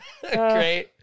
Great